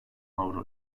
avro